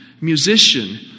musician